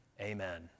Amen